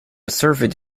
surveyed